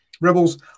Rebels